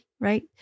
right